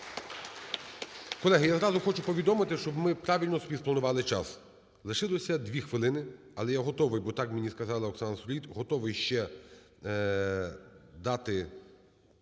Колеги, я зразу хочу повідомити, щоб ми правильно свій спланували час. Лишилося дві хвилини, але я готовий, бо так мені сказала Оксана Сироїд, готовий ще дати…